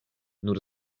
nur